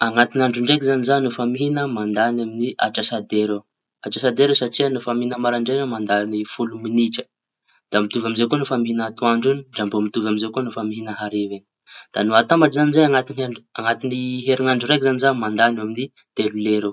Añaty andro draiky zañy no fa mihiña da mandañy atsasa dera eo. No fa mihiña maraindray zañy da mandañy folo miñitra eo. Da mbô mitovy amizay koa no fa mihiña atoandro da mbô mitovy amizay koa no fa mihiña hariva. Da no atambatsy zañy zay añaty andr- añaty heriñandro raiky zañy mandañy eo amin'ny telo lera eo.